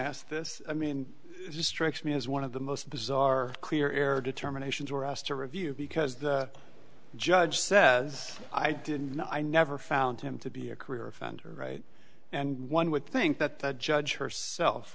ask this i mean strikes me as one of the most bizarre clear air determinations were asked to review because the judge says i didn't know i never found him to be a career offender right and one would think that the judge herself